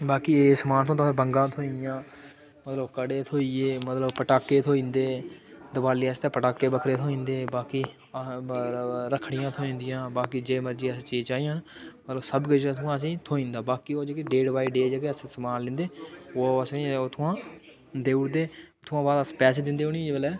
बाकी समान थ्होंदा बंगां थ्होई जंदियां मतलब कड़े थ्होई जंदे पटाके थ्होई जंदे दिवाली आस्तै पटाके बड़े थ्होई जंदे बाकी रक्खड़ियां थ्होई जंदियां बाकी जे मर्जी असें चीज़ चाहिदी ऐ ना मतलब ओह् सबकिश इत्थां असेंगी थ्होई जंदा की ओह् जेह्ड़ी अस डे बाय डे समान लैंदे ओह् असेंगी उत्थुआं देऊड़दे भी उसदे बीद अस उ'नेंगी पैसे दिंदे